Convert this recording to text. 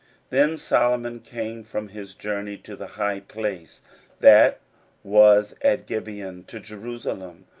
then solomon came from his journey to the high place that was at gibeon to jerusalem,